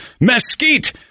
Mesquite